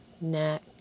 neck